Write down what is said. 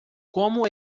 como